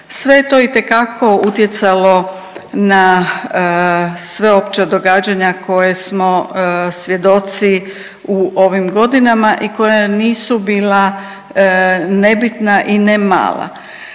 je to itekako utjecalo na sveopća događanja koja smo svjedoci u ovim godinama i koja nisu bila nebitna i ne mala.